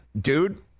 Dude